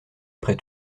après